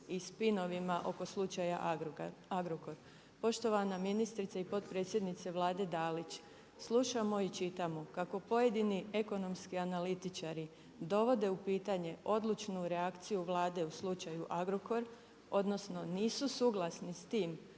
i spinovima oko slučaja Agrokor. Poštovana ministrice i potpredsjednice Vlade Dalić slušamo i čitamo, kako pojedini ekonomski analitičari, dovode u pitanje, odlučnu reakcije Vlade u slučaju Agrokor, odnosno, nisu suglasni s tim